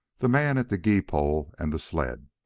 the man at the gee-pole, and the sled.